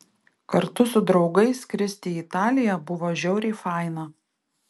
kartu su draugais skristi į italiją buvo žiauriai faina